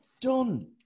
done